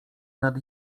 nad